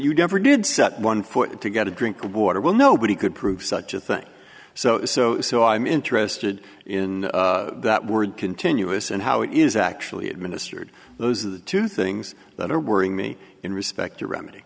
you never did set one foot to get a drink of water well nobody could prove such a thing so so so i'm interested in that word continuous and how it is actually administered those are the two things that are worrying me in respect to remedy